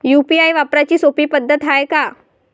UPI वापराची सोपी पद्धत हाय का?